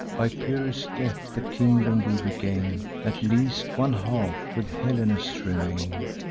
by pyrrhus' death the kingdom we regain'd at least one half with helenus remain'd.